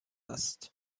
است